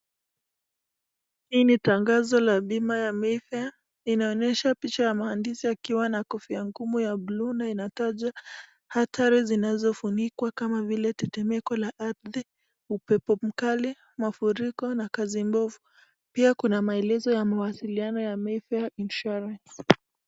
Hii ni tangazo la bima la "Mayfair" inaonyesha picha ya maandizi akiwa na kofia ya ngumu ya "blue" na inataja hatari zinazofunikwa kama vile tetemeko la ardhi, upepo mkali, mafuriko na kazi mbovu, pia kuna maelezo ya mawasiliano ya "Mayfair Insurance".